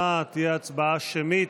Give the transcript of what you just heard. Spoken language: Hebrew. ההצבעה תהיה הצבעה שמית.